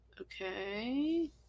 okay